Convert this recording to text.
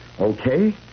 Okay